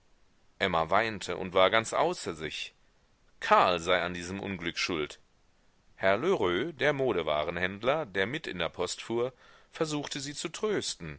emma weinte und war ganz außer sich karl sei an diesem unglück schuld herr lheureux der modewarenhändler der mit in der post fuhr versuchte sie zu trösten